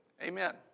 Amen